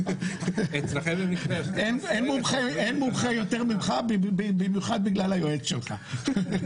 אין מומחה יותר ממך, במיוחד בגלל היועץ שלך.